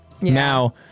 now